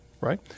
right